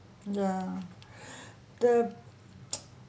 ya the